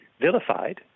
vilified